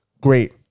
great